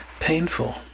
painful